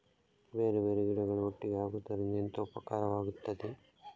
ಬೇರೆ ಬೇರೆ ಗಿಡಗಳು ಒಟ್ಟಿಗೆ ಹಾಕುದರಿಂದ ಎಂತ ಉಪಕಾರವಾಗುತ್ತದೆ?